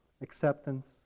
acceptance